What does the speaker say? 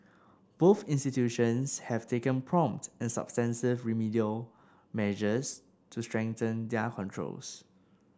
both institutions have taken prompt and substantive remedial measures to strengthen their controls